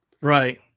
right